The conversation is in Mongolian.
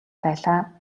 байлаа